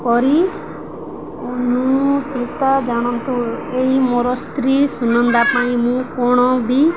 କରି ନୃକୃତ ଏଇ ମୋର ସ୍ତ୍ରୀ ସୁନନ୍ଦା ପାଇଁ ମୁଁ କ'ଣ ବି